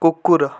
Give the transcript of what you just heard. କୁକୁର